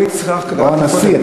או הנשיא,